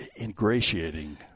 ingratiating